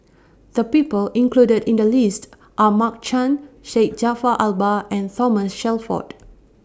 The People included in The list Are Mark Chan Syed Jaafar Albar and Thomas Shelford